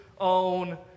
own